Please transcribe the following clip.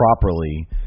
properly